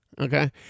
okay